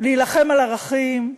להילחם על ערכים,